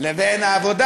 לבין העבודה.